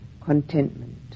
contentment